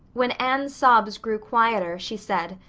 when anne's sobs grew quieter she said,